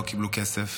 לא קיבלו כסף,